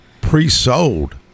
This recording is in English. pre-sold